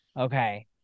okay